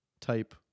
type